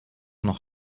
noch